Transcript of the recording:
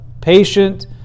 patient